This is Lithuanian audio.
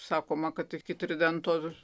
sakoma kad iki tridento